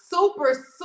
super